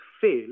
fail